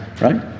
right